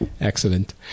excellent